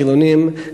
חילונים,